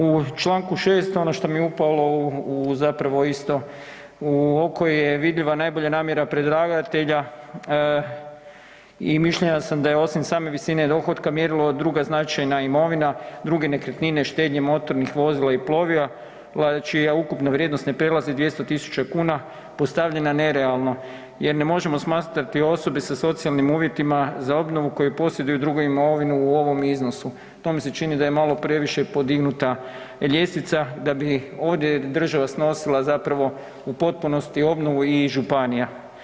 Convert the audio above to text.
U čl. 6., ono što mi je upalo zapravo isto u oko je vidljiva najbolja namjera predlagatelja i mišljenja sam da je osim same visine dohotka, mjerilo i druga značajna imovina, druge nekretnine, štednje motornih vozila i plovila čija ukupna vrijednost ne prelazi 200 000 kn, postavljena nerealno jer ne možemo smatrati osobe sa socijalnim uvjetima za obnovu koju posjeduju drugu imovinu u ovom iznosu, to mi se čini da je malo previše podignuta ljestvica, da bi ovdje država snosila zapravo u potpunosti obnovu i županija.